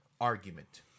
argument